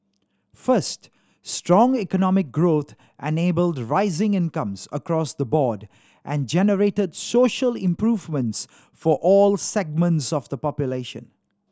first strong economic growth enabled rising incomes across the board and generated social improvements for all segments of the population